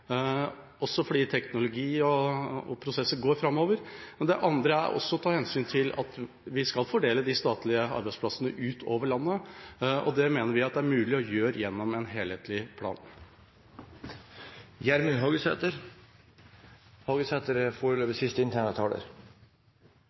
også fordi teknologi og prosesser går framover, den andre er å ta hensyn til at vi skal fordele de statlige arbeidsplassene utover landet. Det mener vi at er mulig å gjøre gjennom en helhetlig plan.